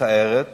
מצערת,